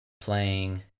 playing